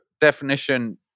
definition